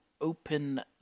open